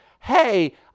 hey